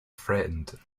threatened